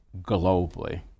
globally